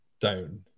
down